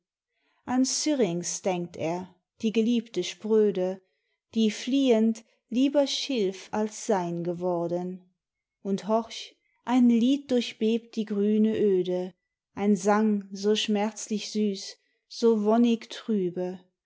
an syrinx denkt er die geliebte spröde die fliehend lieber schilf als sein geworden und horch ein lied durchbebt die grüne oede ein sang so schmerzlich süß so wonnig trübe